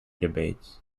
debates